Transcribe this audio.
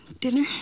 Dinner